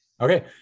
Okay